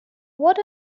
what